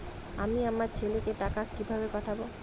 আমি আমার ছেলেকে টাকা কিভাবে পাঠাব?